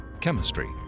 chemistry